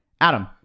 Adam